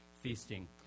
feasting